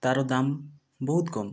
ତା'ର ଦାମ ବହୁତ କମ